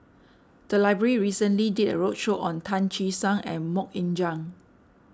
the library recently did a roadshow on Tan Che Sang and Mok Ying Jang